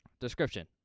Description